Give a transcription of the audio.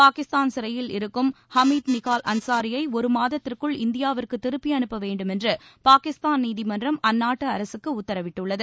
பாகிஸ்தான் சிறையில் இருக்கும் ஹ மீத் நிகால் அன்சாரியை ஒரு மாதத்திற்குள் இந்தியாவுக்கு திருப்பி அனுப்ப வேண்டுமென்று பாகிஸ்தான் நீதிமன்றம் அந்நாட்டு அரசுக்கு உத்தரவிட்டுள்ளது